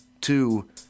Two